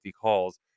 calls